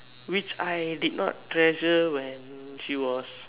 which I did not treasure when she was